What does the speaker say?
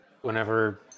whenever